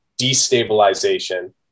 destabilization